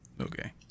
Okay